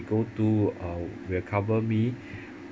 go to uh will cover me